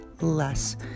less